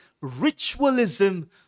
ritualism